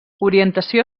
orientació